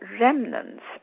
remnants